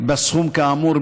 בסכום כאמור,